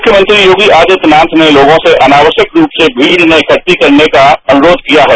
मुख्यमंत्री योगी आदित्यनाथ ने लोगों से अनावश्यक रूप से भीड़ न इकट्टी करने का अनुरोध किया है